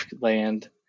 land